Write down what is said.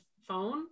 phone